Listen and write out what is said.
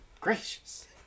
gracious